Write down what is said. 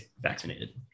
vaccinated